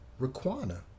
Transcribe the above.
Raquana